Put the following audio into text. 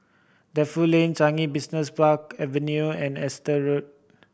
Defu Lane Changi Business Park Avenue and Exeter Road